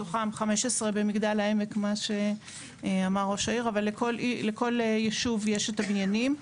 מתוכם 15 במגדל העמק מה שאמר ראש העיר אבל לכל ישוב יש את הבניינים.